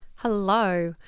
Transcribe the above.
Hello